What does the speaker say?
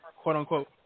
quote-unquote